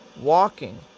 walking